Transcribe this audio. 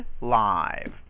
live